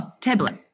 tablet